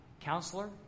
counselor